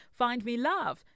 FindMeLove